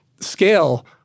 scale